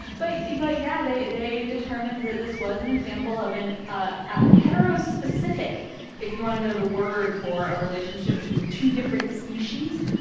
but but, yeah, they they determined that this was an example of an ah ah hetero-specific if you want to know the word for a relationship between two different species,